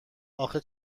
آخه